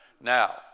Now